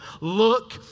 look